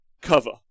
cover